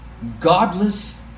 Godless